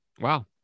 Wow